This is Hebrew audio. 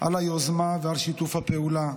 על היוזמה ועל שיתוף הפעולה,